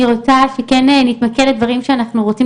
אני רוצה שכן נתמקד בדברים שאנחנו רוצים